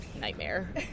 nightmare